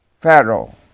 Pharaoh